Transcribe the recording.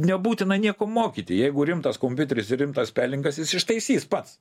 nebūtina nieko mokyti jeigu rimtas kompiuteris ir rimtas spelningas jis ištaisys pats